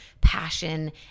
passion